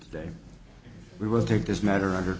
today we will take this matter under